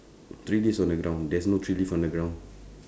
three leaves on the ground there is no tree leaves on the ground